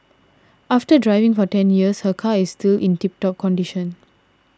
after driving for ten years her car is still in tip top condition